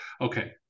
okay